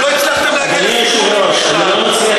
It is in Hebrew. לא הצלחתם להגיע לסיכומים בכלל.